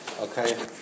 Okay